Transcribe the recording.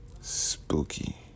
spooky